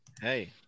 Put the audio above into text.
Hey